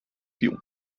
più